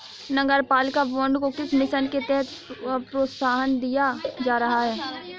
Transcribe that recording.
नगरपालिका बॉन्ड को किस मिशन के तहत प्रोत्साहन दिया जा रहा है?